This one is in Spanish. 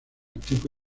tipo